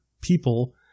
people